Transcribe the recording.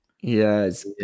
Yes